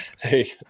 hey